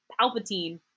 Palpatine